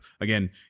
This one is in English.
again